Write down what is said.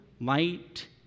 light